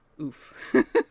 Oof